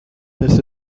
this